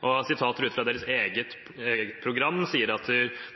Deres eget program sier at